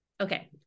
Okay